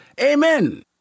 Amen